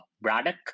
Braddock